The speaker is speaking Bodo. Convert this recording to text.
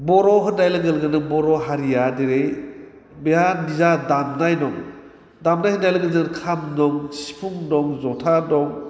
बर' होन्नाय लोगो लोगोनो बर' हारिया दिनै बिहा निजा दामनाय दं दामनाय होन्नाय लोगो लोगो जों खाम दं सिफुं दं जथा दं